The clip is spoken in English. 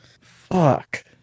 Fuck